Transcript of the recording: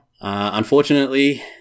unfortunately